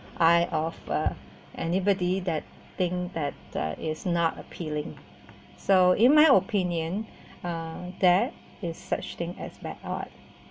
eye of uh anybody that think that that is not appealing so in my opinion uh there is such thing as bad art